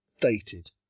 dated